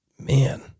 Man